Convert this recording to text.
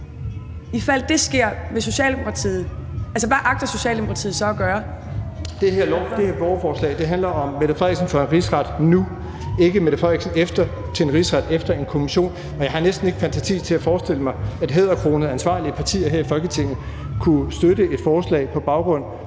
hvad agter Socialdemokratiet så at gøre, ifald det sker? Kl. 15:21 Jeppe Bruus (S): Det her borgerforslag handler om Mette Frederiksen for en rigsret nu. Ikke Mette Frederiksen for en rigsret efter en kommission. Og jeg har næsten ikke fantasi til at forestille mig, at hæderkronede ansvarlige partier her i Folketinget kunne støtte et forslag om en